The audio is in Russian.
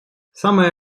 самые